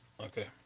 Okay